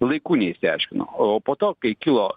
laiku neišsiaiškino o po to kai kilo